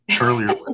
earlier